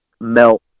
melt